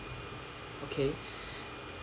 okay